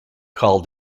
called